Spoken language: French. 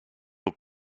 aux